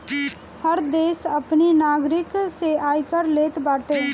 हर देस अपनी नागरिक से आयकर लेत बाटे